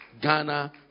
Ghana